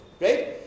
right